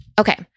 Okay